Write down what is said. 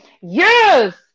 Yes